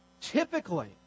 typically